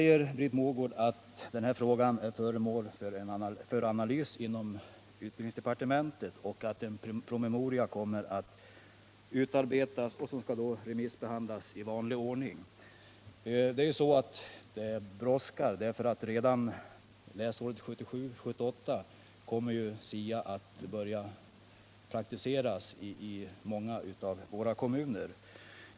Britt Mogård sade att denna fråga är föremål för analys i utbildningsdepartementet och att en promemoria, som skall remissbehandlas i vanlig ordning, kommer att utarbetas. Saken brådskar, eftersom SIA-reformen redan under läsåret 1977/78 kommer att börja praktiseras i många av våra kommuner.